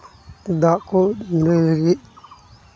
ᱫᱟᱜ ᱠᱚ ᱢᱟᱱᱮ ᱨᱮᱸᱜᱮᱡ